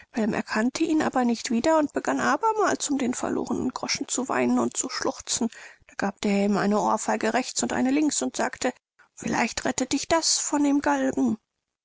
erkannte ihn aber nicht wieder und begann abermals um den verlorenen groschen zu weinen und zu schluchzen da gab der herr ihm eine ohrfeige rechts und eine links und sagte vielleicht rettet dich das von dem galgen